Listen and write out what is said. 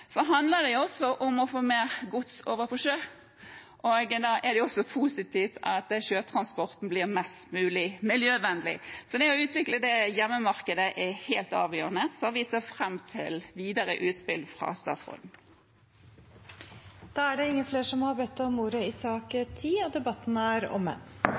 Det handler også om å få mer gods over på sjø, og da er det også positivt at sjøtransporten blir mest mulig miljøvennlig. Det å utvikle hjemmemarkedet er helt avgjørende, så vi ser fram til videre utspill fra statsråden. Flere har ikke bedt om ordet til sak nr. 10. Ingen har bedt om ordet.